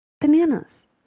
bananas